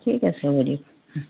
ঠিক আছে হ'ব